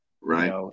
Right